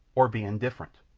or be indifferent.